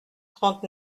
trente